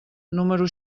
número